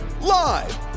live